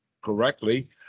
correctly